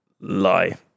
lie